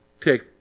take